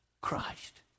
Christ